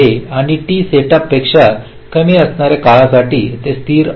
आणि t setup पेक्षा कमी असणार्या काळासाठी ते स्थिर होत आहे